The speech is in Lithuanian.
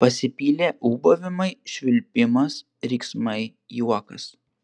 pasipylė ūbavimai švilpimas riksmai juokas